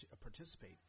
participate